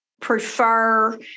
prefer